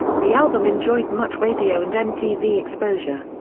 the album enjoyed much radio and mtv exposure.